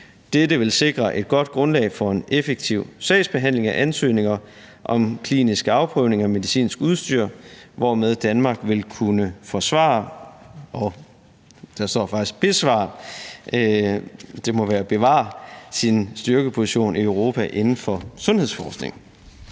Dette vil sikre et godt grundlag for en effektiv sagsbehandling af ansøgninger om kliniske afprøvninger af medicinsk udstyr, hvormed Danmark vil kunne bevare sin styrkeposition i Europa inden for sundhedsforskningen.